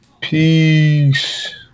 Peace